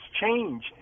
change